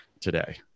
today